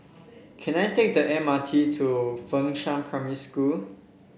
can I take the M R T to Fengshan Primary School